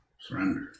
Surrender